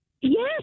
Yes